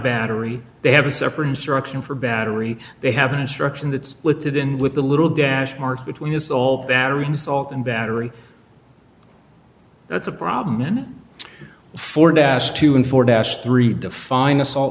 battery they have a separate instruction for battery they have an instruction that split it in with a little dash mark between assault battery and assault and battery that's a problem for dash two and for dash three define assault